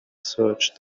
searched